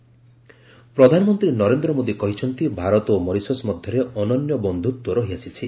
India Mauritius ପ୍ରଧାନମନ୍ତ୍ରୀ ନରେନ୍ଦ୍ର ମୋଦୀ କହିଛନ୍ତି ଭାରତ ଓ ମରିସସ୍ ମଧ୍ୟରେ ଅନନ୍ୟ ବନ୍ଧୁତ୍ୱ ରହିଆସିଛି